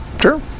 Sure